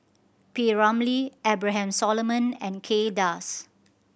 P Ramlee Abraham Solomon and Kay Das